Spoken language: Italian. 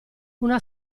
una